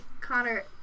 Connor